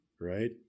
right